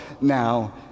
now